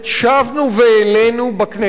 שבנו והעלינו בכנסת,